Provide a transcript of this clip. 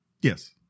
Yes